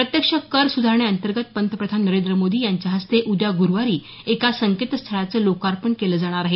प्रत्यक्ष कर सुधारणेअंतर्गत पंतप्रधान नरेंद्र मोदी यांच्या हस्ते उद्या गुरुवारी एका संकेतस्थळाचं लोकार्पण केलं जाणार आहे